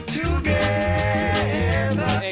together